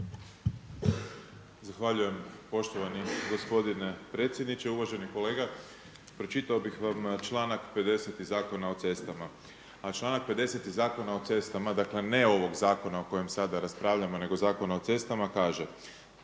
Zahvaljujem poštovani gospodine predsjedniče, uvaženi kolega. Pročitao bih vam članak 50. Zakona o cestama, a članak 50. Zakona o cestama, dakle ne ovog zakona o kojem sada raspravljamo, nego Zakona o cestama kaže: